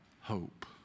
hope